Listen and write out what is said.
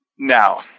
Now